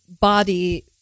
body